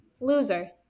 loser